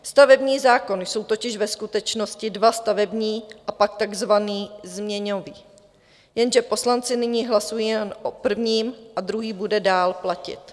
Stavební zákon jsou totiž ve skutečnosti dva stavební a pak takzvaný změnový, jenže poslanci nyní hlasují jen o prvním a druhý bude dál platit.